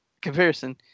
comparison